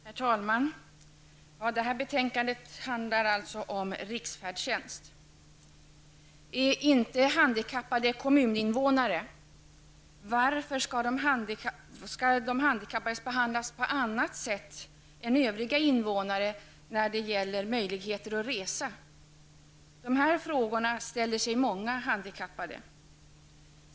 Herr talman! Detta betänkande handlar alltså om riksfärdtjänst. Är inte handikappade kommuninvånare? Varför skall handikappade behandlas på annat sätt än övriga invånare när det gäller möjligheter att resa? Dessa frågor ställer sig många handikappade.